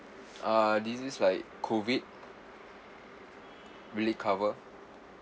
uh disease like COVID will it cover